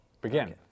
begin